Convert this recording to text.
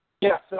Yes